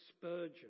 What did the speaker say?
Spurgeon